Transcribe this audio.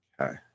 Okay